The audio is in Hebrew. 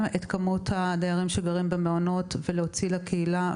את כמות הדיירים שגרים במעונות ולהוציא לקהילה.